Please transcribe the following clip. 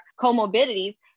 comorbidities